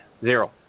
Zero